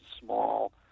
small